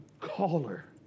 caller